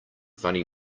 funny